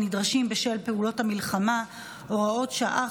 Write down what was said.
הנדרשים בשל פעולות האיבה או פעולות המלחמה (הוראת שעה,